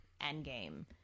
Endgame